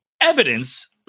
evidence